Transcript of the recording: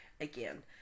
again